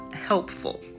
helpful